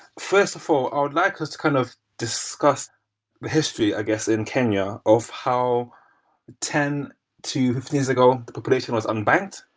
first of all, i would like us to kind of discuss history, i guess, in kenya of how ten to fifteen years ago, the population was unbanked.